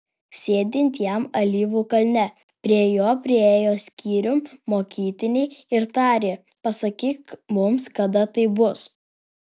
sėdint jam alyvų kalne prie jo priėjo skyrium mokytiniai ir tarė pasakyk mums kada tai bus